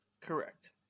Correct